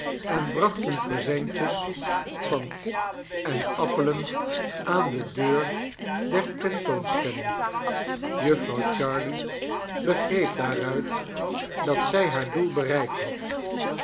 en brachten presentjes van koek en appelen aan de deur der tentoonstelling jufvrouw jarley begreep daaruit dat zij haar doel bereikt had